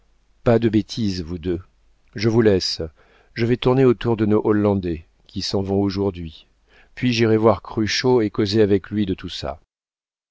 pas de bêtises vous deux je vous laisse je vais tourner autour de nos hollandais qui s'en vont aujourd'hui puis j'irai voir cruchot et causer avec lui de tout ça